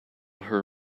her